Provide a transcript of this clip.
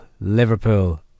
Liverpool